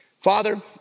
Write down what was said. Father